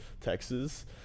Texas